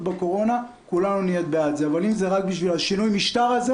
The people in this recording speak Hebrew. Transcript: בקורונה כולנו נהיה בעד זה אבל אם זה רק בשביל שינוי המשטר הזה